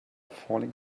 falling